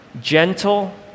gentle